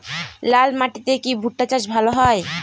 লাল মাটিতে কি ভুট্টা চাষ ভালো হয়?